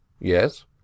Yes